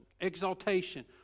Exaltation